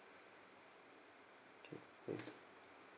okay thank you